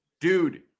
Dude